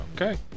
Okay